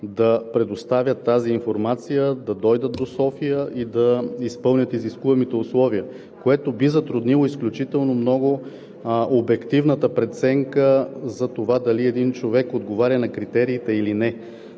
да предоставят тази информация и да изпълнят изискуемите условия, което би затруднило изключително много обективната преценка за това дали един човек отговоря на критериите или не.